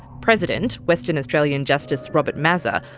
president, western australian justice robert mazza,